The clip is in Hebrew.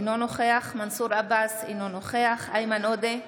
אינו נוכח מנסור עבאס, אינו נוכח איימן עודה,